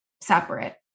separate